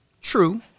true